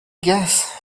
guess